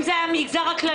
אם זה היה במגזר הכללי,